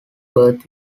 birth